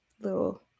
little